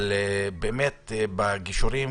בגישורים